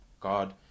God